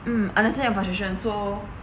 mm understand your position so